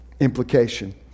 implication